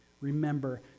Remember